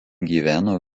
gyveno